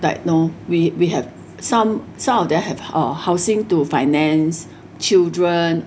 like know we we have some some of them have uh housing to finance children